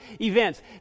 events